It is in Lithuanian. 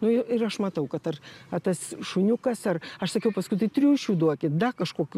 nu ir aš matau kad ar ar tas šuniukas ar aš sakiau paskui tai triušių duokit dar kažkokių